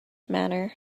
manner